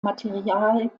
material